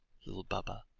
little baba,